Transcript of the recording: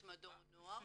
את מדור הנוער.